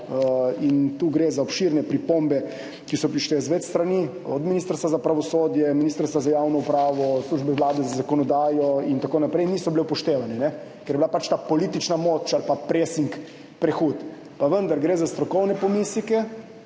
in tu gre za obširne pripombe, ki so prišle z več strani, od Ministrstva za pravosodje, Ministrstva za javno upravo, Službe Vlade za zakonodajo in tako naprej. Niso bile upoštevane, ker je bila ta politična moč ali pa presing prehud, pa vendar gre za strokovne pomisleke,